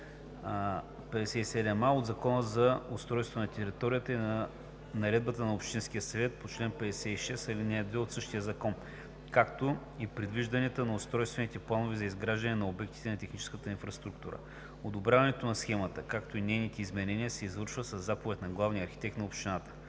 от Закона за устройство на територията и на наредбата на общинския съвет по чл. 56, ал. 2 от същия закон, както и предвижданията на устройствените планове за изграждане на обектите на техническата инфраструктура. Одобряването на схемата, както и нейните изменения, се извършват със заповед на главния архитект на общината.“